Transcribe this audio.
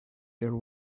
there